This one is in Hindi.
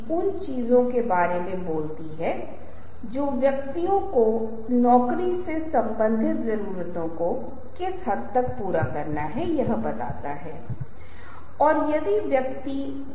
इसलिए जो अंक मैंने थोड़े थोड़े करके बनाए हैं वे कहते हैं कि शोध उन्मुख संदर्भ का एक व्यावहारिक महत्व है और हम इसे बाद के समय में आपके लिए जोड़ देंगे लेकिन इस बीच हम एंडोर्समेंट को वापस आ जाएंगे